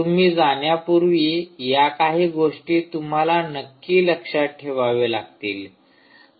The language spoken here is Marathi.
तुम्ही जाण्यापुर्वी या काही गोष्टी तुम्हाला नक्की लक्षात ठेवावे लागतील